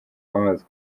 bamaze